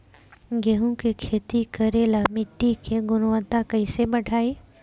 गेहूं के खेती करेला मिट्टी के गुणवत्ता कैसे बढ़ाई?